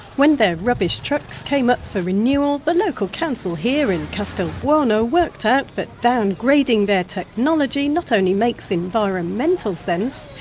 when their rubbish trucks came up for renewal, the local council here in castelbuono worked out that downgrading their technology not only makes environmental sense,